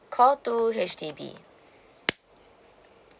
call two H_D_B